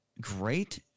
great